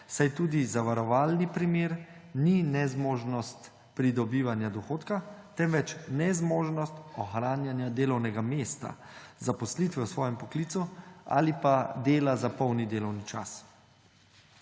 saj tudi zavarovalni primer ni nezmožnost pridobivanja dohodka, temveč nezmožnost ohranjanja delovnega mesta, zaposlitve v svojem poklicu ali pa dela za polni delovni čas.